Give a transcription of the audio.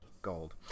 gold